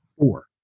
Four